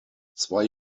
zwei